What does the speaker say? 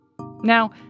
Now